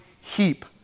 heap